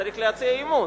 צריך להציע אי-אמון,